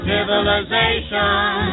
Civilization